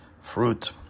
fruit